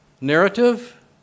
narrative